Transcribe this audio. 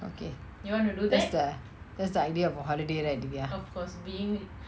okay that's the idea of a holiday right dyvia